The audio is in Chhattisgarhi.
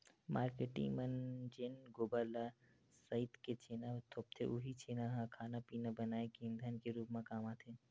मारकेटिंग मन जेन गोबर ल सइत के छेना थोपथे उहीं छेना ह खाना पिना बनाए के ईधन के रुप म काम आथे